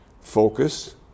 focus